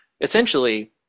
Essentially –